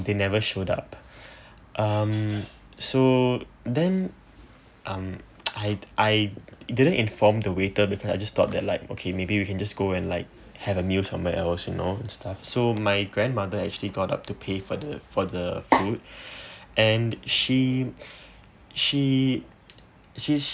they never showed up um so then um I I didn't inform the waiter because I just thought that like okay maybe we can just go and like have a meal somewhere else you know and stuff so my grandmother actually got up to pay for the for the food and she she she